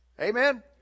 Amen